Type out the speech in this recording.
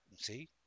see